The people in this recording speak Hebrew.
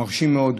מרשים מאוד.